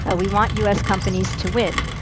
ah we want u. s. companies to win.